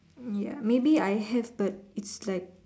ya maybe I have but it's like